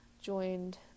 joined